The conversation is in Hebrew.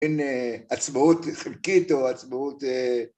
בין עצמאות חלקית או עצמאות...